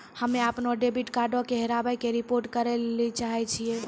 हम्मे अपनो डेबिट कार्डो के हेराबै के रिपोर्ट करै लेली चाहै छियै